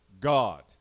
God